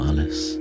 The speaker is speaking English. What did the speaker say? Alice